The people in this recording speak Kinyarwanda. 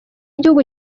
gihugu